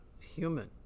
human